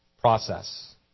process